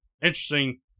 interesting